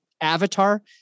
avatar